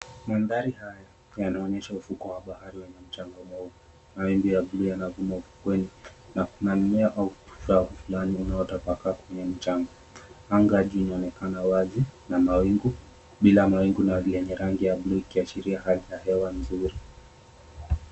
Mandhari haya yanaonyesha ufuko wa baharini wenye mchanga mweupe. Mawimbi ya buluu yanavuma ufukweni na kunanyia kwa muda fulani unaotapakaa kwenye mchanga. Anga juu inaonekana wazi na mawingu bila mawingu na yenye rangi ya buluu ikiashiria hali ya hewa nzuri.